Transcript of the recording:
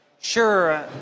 Sure